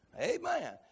Amen